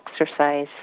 exercise